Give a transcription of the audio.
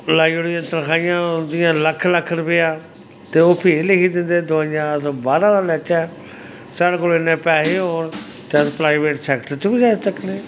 लाई ओड़ियां तन्खाहियां उं'दियां लक्ख लक्ख रपेआ ते ओह् भी लिखी दिंदे दोआइयां अस बाह्रा दा लैचै साढ़े कोल इन्ने पैहे होन ते अस प्राइवेट सैक्टर च बी जाई सकनें